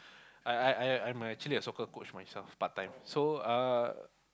I I I I'm actually a soccer coach myself part time so uh